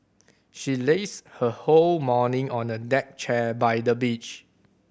she lazed her whole morning on a deck chair by the beach